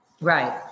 Right